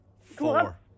Four